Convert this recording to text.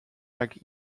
like